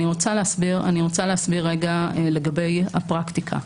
אני רוצה להסביר רגע לגבי הפרקטיקה.